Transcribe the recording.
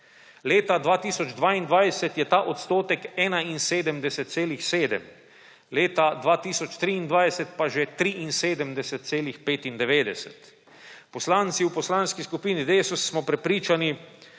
Leta 2022 je ta odstotek 71,7, leta 2023 pa že 73,95. Poslanci v Poslanski skupini Desus smo prepričani,